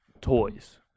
toys